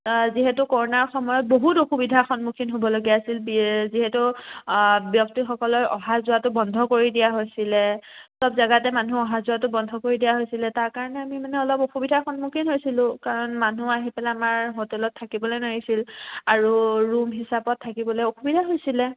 যিহেতু কৰোনাৰ সময়ত বহুত অসুবিধাৰ সন্মুখীন হ'বলগীয়া আছিল যিহেতু ব্যক্তিসকলৰ অহা যোৱাটো বন্ধ কৰি দিয়া হৈছিলে চব জেগাতে মানুহ অহা যোৱাটো বন্ধ কৰি দিয়া হৈছিলে তাৰ কাৰণে আমি মানে অলপ অসুবিধাৰ সন্মুখীন হৈছিলোঁ কাৰণ মানুহ আহি পেলাই আমাৰ হোটেলত থাকিবলৈ নোৱাৰিছিল আৰু ৰুম হিচাপত থাকিবলৈ অসুবিধা হৈছিলে